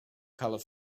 colour